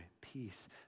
peace